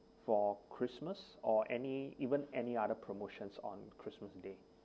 for christmas or any even any other promotions on christmas day